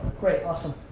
great, awesome.